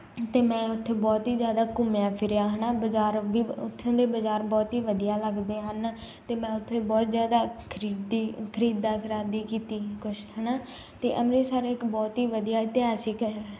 ਅੱਤੇ ਮੈਂ ਉਥੇ ਬਹੁਤ ਹੀ ਜ਼ਿਆਦਾ ਘੁੰਮਿਆ ਫਿਰਿਆ ਹੈ ਨਾ ਬਾਜ਼ਾਰ ਵੀ ਉੱਥੋਂ ਦੇ ਬਾਜ਼ਾਰ ਬਹੁਤ ਹੀ ਵਧੀਆ ਲੱਗਦੇ ਹਨ ਅਤੇ ਮੈਂ ਉੱਥੇ ਬਹੁਤ ਜ਼ਿਆਦਾ ਖਰੀਦੀ ਖਰੀਦਾ ਖਰਾਦੀ ਕੀਤੀ ਕੁਛ ਹੈ ਨਾ ਅਤੇ ਅੰਮ੍ਰਿਤਸਰ ਇੱਕ ਬਹੁਤ ਹੀ ਵਧੀਆ ਇਤਿਹਾਸਿਕ ਹੈ